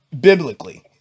biblically